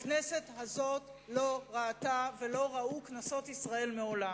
הכנסת הזאת לא ראתה ולא ראו כנסות ישראל מעולם.